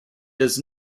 does